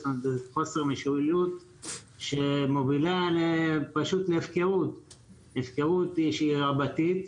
זה חוסר משילות שמובילה פשוט להפקרות שהיא רבתית.